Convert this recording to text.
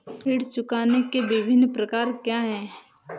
ऋण चुकाने के विभिन्न प्रकार क्या हैं?